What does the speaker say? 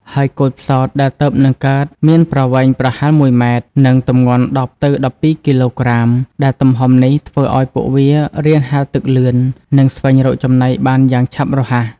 ហើយកូនផ្សោតដែលទើបនឹងកើតមានប្រវែងប្រហែល ១ ម៉ែត្រ និងទម្ងន់ ១០ ទៅ ១២ គីឡូក្រាម ដែលទំហំនេះធ្វើឱ្យពួកវារៀនហែលទឹកលឿន និងស្វែងរកចំណីបានយ៉ាងឆាប់រហ័ស។